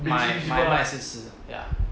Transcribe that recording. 买买卖是十 ya